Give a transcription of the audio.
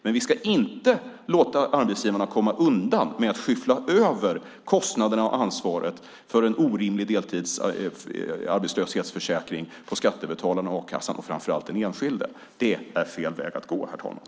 Men vi ska inte låta arbetsgivarna komma undan med att skyffla över kostnaderna och ansvaret för en orimlig deltidsarbetslöshetsförsäkring på skattebetalarna, a-kassan och framför allt den enskilde. Det är fel väg att gå.